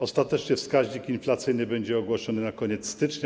Ostatecznie wskaźnik inflacyjny będzie ogłoszony na koniec stycznia.